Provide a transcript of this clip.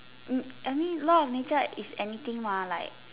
mm I mean law of nature is anything mah like